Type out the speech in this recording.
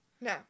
No